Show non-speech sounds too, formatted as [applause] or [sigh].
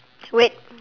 [noise] wait